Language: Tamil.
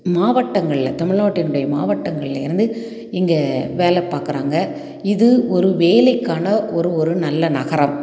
மாவட்டங்களில் தமிழ்நாட்டினுடைய மாவட்டங்களில் இருந்து இங்கே வேலை பார்க்கறாங்க இது ஒரு வேலைக்கான ஒரு ஒரு நல்ல நகரம்